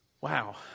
Wow